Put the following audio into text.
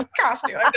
costume